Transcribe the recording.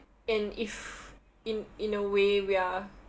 and if in in a way we are